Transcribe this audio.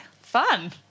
fun